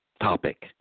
topic